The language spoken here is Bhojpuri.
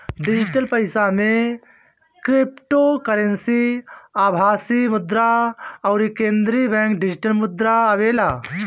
डिजिटल पईसा में क्रिप्टोकरेंसी, आभासी मुद्रा अउरी केंद्रीय बैंक डिजिटल मुद्रा आवेला